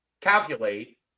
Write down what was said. calculate